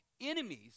enemies